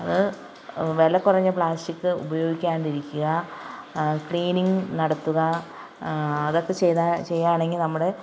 അത് വിലക്കുറഞ്ഞ പ്ലാസ്റ്റിക്ക് ഉപയോഗിക്കാണ്ടിരിക്കുക ക്ലീനിങ് നടത്തുക അതൊക്കെ ചെയ്താൽ ചെയ്യാണെങ്കിൽ നമ്മൾ